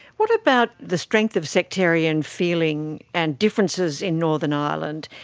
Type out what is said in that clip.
what about the strength of sectarian feeling and differences in northern ireland?